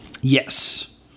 Yes